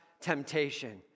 temptation